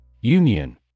Union